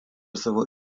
savo